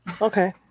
okay